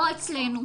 לא אצלנו.